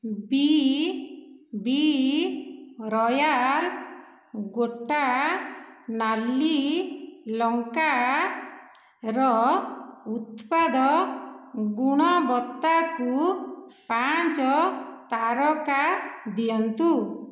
ବିବି Royal ଗୋଟା ନାଲି ଲଙ୍କାର ଉତ୍ପାଦ ଗୁଣବତ୍ତାକୁ ପାଞ୍ଚ ତାରକା ଦିଅନ୍ତୁ